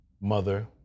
Mother